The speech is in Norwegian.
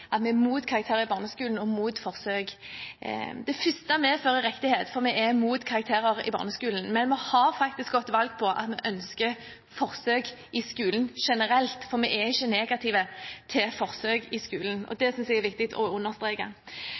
vi er mot karakterer i barneskolen og mot forsøk. Det første medfører riktighet, for vi er mot karakterer i barneskolen. Men vi har faktisk gått til valg på at vi ønsker forsøk i skolen generelt, for vi er ikke negative til forsøk i skolen. Det synes jeg det er viktig å understreke.